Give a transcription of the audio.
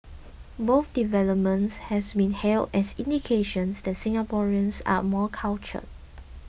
both developments has been hailed as indications that Singaporeans are more cultured